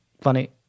Funny